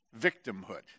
victimhood